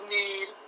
need